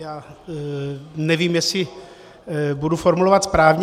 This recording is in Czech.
Já nevím, jestli budu formulovat správně.